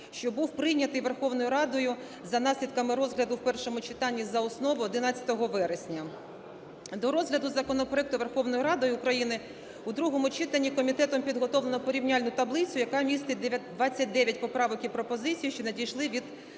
що був прийнятий Верховною Радою за наслідками розгляду в першому читанні за основу 11 вересня. До розгляду законопроекту Верховною Радою України у другому читанні комітетом підготовлено порівняльну таблицю, яка містить 29 поправок і пропозицій, що надійшли від